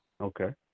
Okay